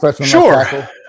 Sure